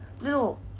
Little